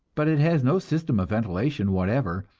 but it has no system of ventilation whatever,